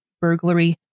burglary